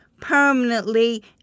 permanently